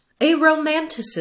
aromanticism